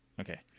Okay